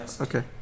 Okay